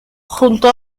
junto